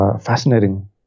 fascinating